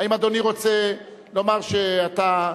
האם אדוני רוצה לומר שאתה,